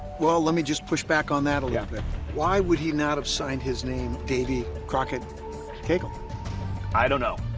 well let me just push back on that a little yeah bit why would he not have signed his name davey crockett kegel i don't know